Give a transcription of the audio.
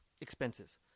expenses